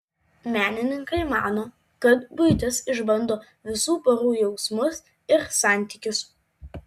menininkai mano kad buitis išbando visų porų jausmus ir santykius